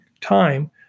time